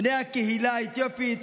בני הקהילה האתיופית,